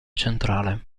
centrale